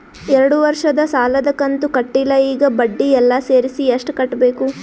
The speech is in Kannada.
ಎರಡು ವರ್ಷದ ಸಾಲದ ಕಂತು ಕಟ್ಟಿಲ ಈಗ ಬಡ್ಡಿ ಎಲ್ಲಾ ಸೇರಿಸಿ ಎಷ್ಟ ಕಟ್ಟಬೇಕು?